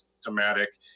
systematic